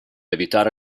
evitare